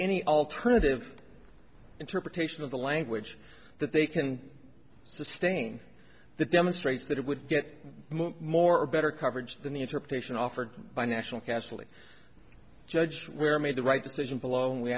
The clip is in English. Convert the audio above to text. any alternative interpretation of the language that they can sustain that demonstrates that it would get more a better coverage than the interpretation offered by national casually judged we're made the right decision below and we